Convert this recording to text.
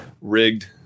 rigged